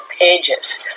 pages